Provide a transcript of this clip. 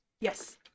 Yes